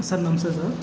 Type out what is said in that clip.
sir ನಮಸ್ತೆ sir